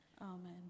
Amen